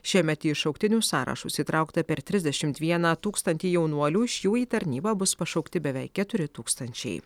šiemet į šauktinių sąrašus įtraukta per trisdešimt vieną tūkstantį jaunuolių iš jų į tarnybą bus pašaukti beveik keturi tūkstančiai